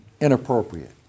inappropriate